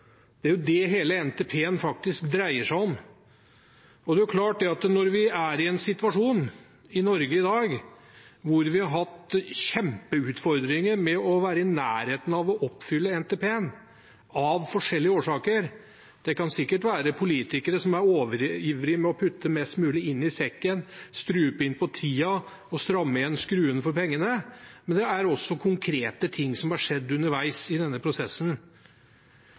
Det er det hele NTP-en faktisk dreier seg om. Det er klart at når vi er i en situasjon i Norge i dag hvor vi har hatt kjempeutfordringer med å være i nærheten av å oppfylle NTP-en av forskjellige årsaker – det kan sikkert være politikere som er overivrige etter å putte mest mulig i sekken, strupe inn på tiden og stramme skruen for pengene – er det også konkrete ting som har skjedd underveis i denne prosessen.